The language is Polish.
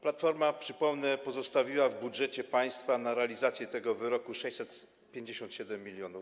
Platforma, przypomnę, pozostawiła w budżecie państwa na realizację tego wyroku 657 mln.